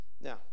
Now